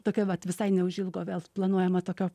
tokia vat visai neužilgo vėl planuojama tokio